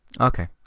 okay